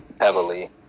heavily